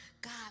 God